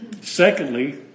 Secondly